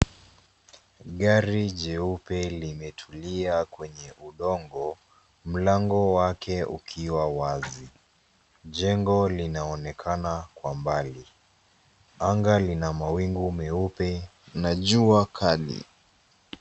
Gari jeupe limetulia kwenye udongo mlango wake ukiwa wazi, jengo linaonekana kwa mbali, anga lina mawingu meupe na jua kali.